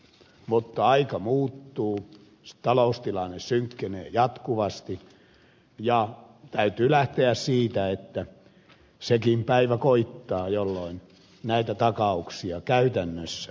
mutta aika muuttuu taloustilanne synkkenee jatkuvasti ja täytyy lähteä siitä että sekin päivä koittaa jolloin näitä takauksia käytännössä annetaan